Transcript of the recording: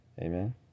amen